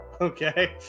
okay